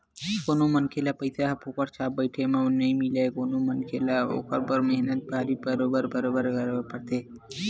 कोनो मनखे ल पइसा ह फोकट छाप बइठे म नइ मिलय कोनो मनखे ल ओखर बर मेहनत पानी बरोबर करे बर परथे